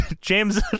James